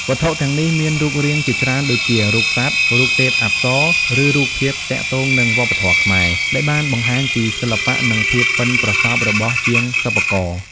វត្ថុទាំងនេះមានរូបរាងជាច្រើនដូចជា រូបសត្វ រូបទេពអប្សរ ឬរូបភាពទាក់ទងនឹងវប្បធម៌ខ្មែរ ដែលបានបង្ហាញពីសិល្បៈនិងភាពប៉ិនប្រសប់របស់ជាងសិប្បករ។